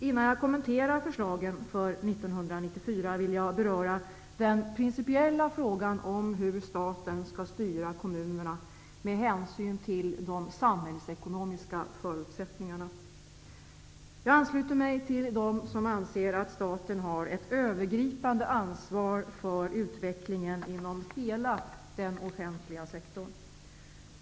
Innan jag kommenterar förslagen för 1994 vill jag beröra den principiella frågan om hur staten skall styra kommunerna med hänsyn till de samhällsekonomiska förutsättningarna. Jag ansluter mig till dem som anser att staten har det övergripande ansvaret för utvecklingen inom hela den offentliga sektorn.